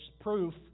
proof